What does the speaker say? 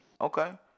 okay